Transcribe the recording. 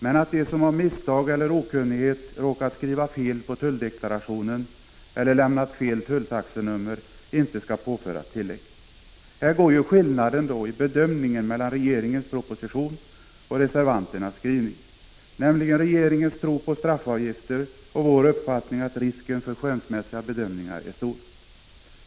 Men de som av misstag eller okunnighet råkat skriva fel på tulldeklarationen eller lämnat fel tulltaxenummer skall inte påföras skattetillägg. Här framgår skillnaden i bedömning mellan regeringens proposition och reservanternas skrivning, nämligen regeringens tro på straffavgifter och vår uppfattning att risken för skönsmässiga bedömningar är stor.